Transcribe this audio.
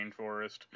Rainforest